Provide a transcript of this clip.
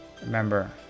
Remember